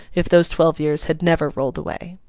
if those twelve years had never rolled away.